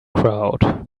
crowd